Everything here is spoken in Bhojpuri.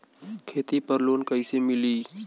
खेती पर लोन कईसे मिली?